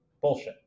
bullshit